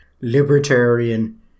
libertarian